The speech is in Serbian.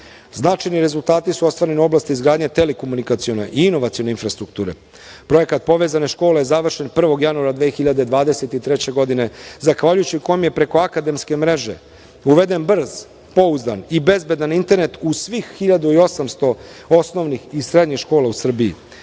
rezultati su ostvareni u oblasti izgradnje telekomunikacione i i inovacione infrastrukture. Projekat "Povezane škole" završen je 1. januara 2023. godine, zahvaljujući kojem je preko akademske mreže uveden brz, pouzdan i bezbedan internet u svih 1.800 osnovnih i srednjih škola u Srbiji